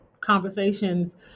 conversations